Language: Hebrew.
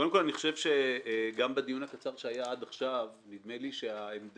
קודם כול אני חושב שגם בדיון הקצר שהיה עד עכשיו נדמה לי שהעמדה